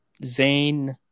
Zayn